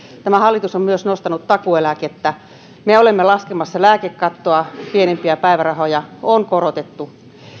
tämä hallitus on myös nostanut takuueläkettä me olemme laskemassa lääkekattoa pienimpiä päivärahoja on korotettu